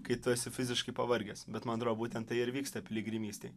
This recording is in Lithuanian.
kai tu esi fiziškai pavargęs bet man atrodo būtent tai ir vyksta piligrimystėj